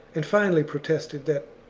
and finally protested that,